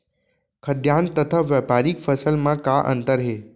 खाद्यान्न तथा व्यापारिक फसल मा का अंतर हे?